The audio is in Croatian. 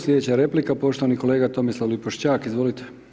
Sljedeća replika, poštovani kolega Tomislav Lipošćak, izvolite.